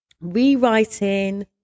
rewriting